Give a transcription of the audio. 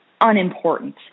unimportant